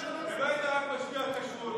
אם לא היית רק משגיח כשרות,